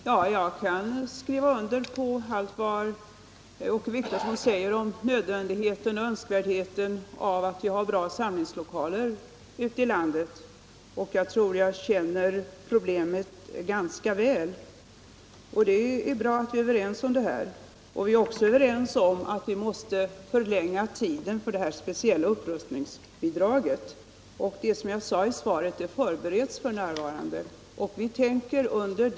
Herr talman! Jag kan skriva under på allt vad Åke Wictorsson säger om nödvändigheten och önskvärdheten av bra samlingslokaler ute i landet. Jag tror jag känner problemet ganska väl. Det är bra att vi är överens om detta. Vi är också överens om att vi måste förlänga tiden för det här speciella upprustningsbidraget. Som jag sade i svaret sker det f. n. en beredning.